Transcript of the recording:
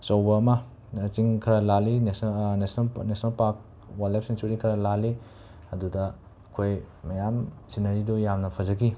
ꯑꯆꯧꯕ ꯑꯃ ꯆꯤꯡ ꯈꯔ ꯂꯥꯜꯂꯤ ꯅꯦꯁ national national park wildlife sanctuary ꯈꯔ ꯂꯥꯜꯂꯤ ꯑꯗꯨꯗ ꯑꯩꯈꯣꯏ ꯃꯌꯥꯝ ꯁꯤꯅꯔꯤꯗꯣ ꯌꯥꯝꯅ ꯐꯖꯈꯤ